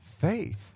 faith